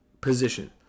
position